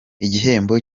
igihembo